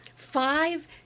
five